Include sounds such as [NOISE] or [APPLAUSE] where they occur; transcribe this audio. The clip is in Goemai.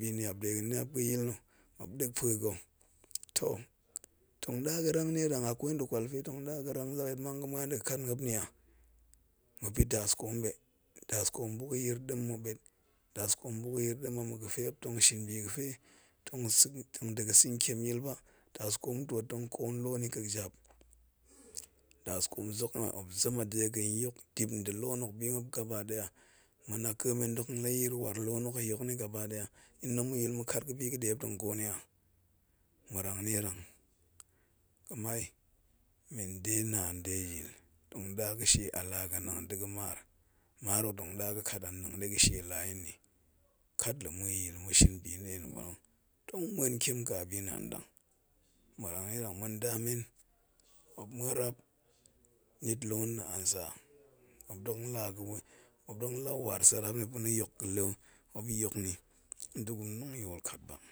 bi niap, yil muop dek pue ga̱ toh, tong da ga̱ rang nierang a kwai nda̱ kawal pe tong da ga̱ da̱ nni yit a? Muop pi daskoombe, daskoom buk yir ma̱ bet, daskoom bak yir a ma̱ga̱fe muop tong shin biga̱fe tong da̱ ga̱ sa̱a̱n tieryil ba, daskoom tuot tong koom loon i ka jap, daskoom zem a dega̱a̱n gok dip da̱ loon hok gaba daya, ma̱ naka̱ men dok din la war loon hok yil ni gabadaya, din tong ma̱ yil ni gabadaya, din tong ma̱ yil ma̱ kat ga̱bi ga̱ leng muop tong war i sarap n mu rang nierang ga̱ mai ma̱ yil de naan de yil tong da ga̱ she. maar hok tong da ga̱kat a nang de ga̱ she nda̱ la yi nni? Kat la ma̱ yil ma̱ shin bi muop tongmwen tiem ka bi ma̱ rang nierang, ma ndamen muop muarap met loon nna̱, ansa, muop dok din la war sarap ni pa̱na̱fa. [UNINTELLIGIBLE]